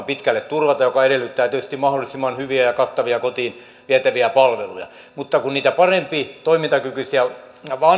pitkälle turvata mikä edellyttää tietysti mahdollisimman hyviä ja kattavia kotiin vietäviä palveluja mutta kun niitä parempitoimintakykyisiä